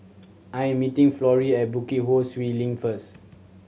I am meeting Florie at Bukit Ho Swee Link first